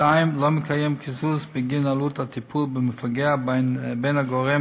לא מתקיים קיזוז בגין עלות הטיפול במפגע בין הגורם